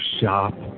shop